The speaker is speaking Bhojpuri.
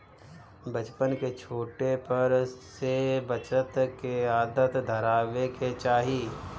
बच्चन के छोटे पर से बचत के आदत धरावे के चाही